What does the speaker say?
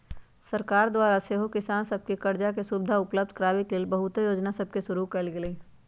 सरकार द्वारा सेहो किसान सभके करजा के सुभिधा उपलब्ध कराबे के लेल बहुते जोजना सभके शुरु कएल गेल हइ